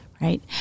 Right